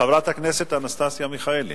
חברת הכנסת אנסטסיה מיכאלי.